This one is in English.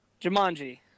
Jumanji